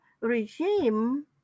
regime